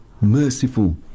merciful